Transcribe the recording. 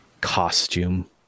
costume